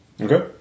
Okay